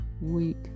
week